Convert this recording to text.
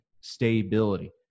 stability